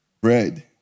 Bread